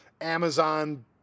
Amazon